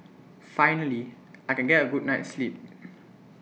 finally I can get A good night's sleep